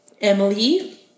Emily